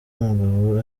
umugabo